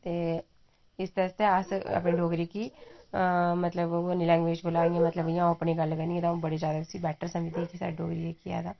ते इसदे आस्तै अस्स अपनी डोगरी गी अऽ मतलब होरनें लैंग्वेज कोला इयां मतलब अ'ऊं अपनी गल्ल करनी तो ओह् आउं बड़ी ज्यादा इसी बैटर समझदी कि स्हाड़ी डोगरी जेह्की ऐ ता